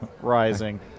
rising